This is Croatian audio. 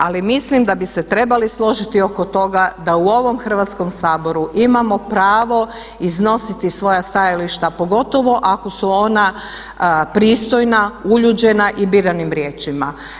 Ali mislim da bi se trebali složiti oko toga da u ovom Hrvatskom saboru imamo pravo iznositi svoja stajališta pogotovo ako su ona pristojna, uljuđena i biranim riječima.